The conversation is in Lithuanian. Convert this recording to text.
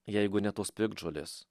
jeigu ne tos piktžolės